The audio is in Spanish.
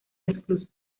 esclusas